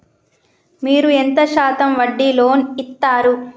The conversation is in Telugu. మీరు ఎంత శాతం వడ్డీ లోన్ ఇత్తరు?